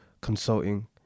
consulting